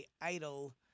idol